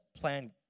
plan